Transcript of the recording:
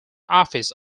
office